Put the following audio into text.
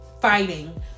fighting